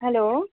hello